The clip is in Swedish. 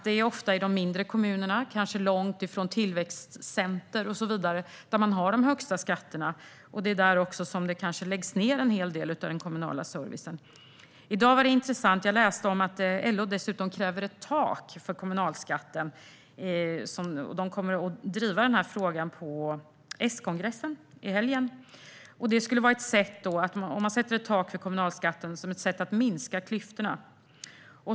Det är ofta i de mindre kommunerna, kanske långt ifrån tillväxtcentrum och så vidare, som man har de högsta skatterna, och det är kanske också där som en hel del av den kommunala servicen läggs ned. I dag var det intressant att läsa att LO dessutom kräver ett tak för kommunalskatten. De kommer att driva den frågan på S-kongressen i helgen. Om man sätter ett tak för kommunalskatten skulle det vara ett sätt att minska klyftorna.